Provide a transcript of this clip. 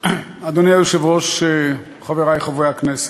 בפעם הבאה לא להציע כמה ועדות,